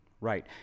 Right